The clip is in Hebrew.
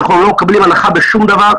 אנחנו לא מקבלים הנחה בשום דבר.